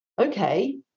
okay